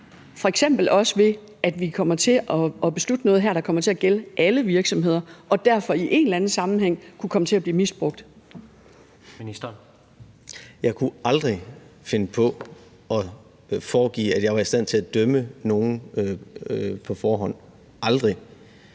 også ved at vi kommer til at beslutte noget her, der kommer til at gælde alle virksomheder, og derfor i en eller anden sammenhæng kunne komme til at blive misbrugt? Kl. 19:37 Tredje næstformand (Jens Rohde): Ministeren. Kl.